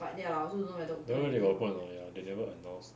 don't know they got open or not ya they also never announce